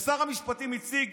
כששר המשפטים הציג